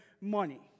money